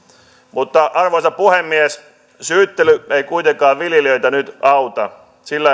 mutta arvoisa puhemies syyttely ei kuitenkaan viljelijöitä nyt auta sillä